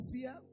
fear